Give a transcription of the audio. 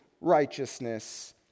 righteousness